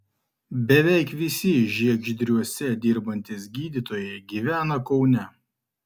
beveik visi žiegždriuose dirbantys gydytojai gyvena kaune